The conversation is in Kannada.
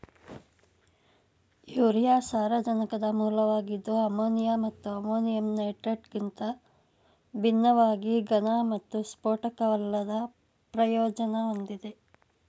ಯೂರಿಯಾ ಸಾರಜನಕದ ಮೂಲವಾಗಿದ್ದು ಅಮೋನಿಯಾ ಮತ್ತು ಅಮೋನಿಯಂ ನೈಟ್ರೇಟ್ಗಿಂತ ಭಿನ್ನವಾಗಿ ಘನ ಮತ್ತು ಸ್ಫೋಟಕವಲ್ಲದ ಪ್ರಯೋಜನ ಹೊಂದಿದೆ